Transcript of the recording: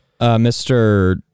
Mr